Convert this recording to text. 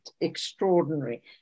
extraordinary